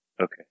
Okay